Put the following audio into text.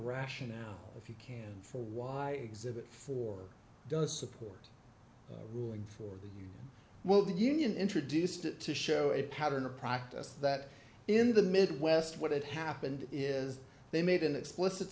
rationale if you can for why exhibit four does support ruling for the weld union introduced it to show a pattern or practice that in the midwest what it happened is they made an explicit